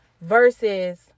versus